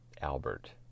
Albert